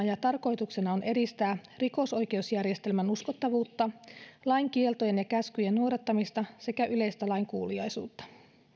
ja tarkoituksena on edistää rikosoikeusjärjestelmän uskottavuutta lain kieltojen ja käskyjen noudattamista sekä yleistä lainkuuliaisuutta